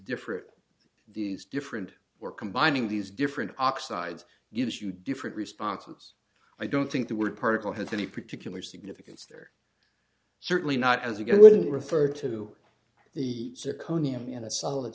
different these different or combining these different oxides gives you different responses i don't think the word particle has any particular significance there certainly not as it wouldn't refer to the s